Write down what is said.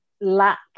lack